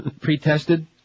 pre-tested